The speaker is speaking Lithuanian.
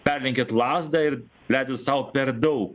perlenkėt lazdą ir leidot sau per daug